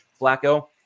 Flacco